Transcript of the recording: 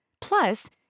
Plus